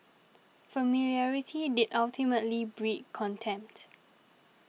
familiarity did ultimately breed contempt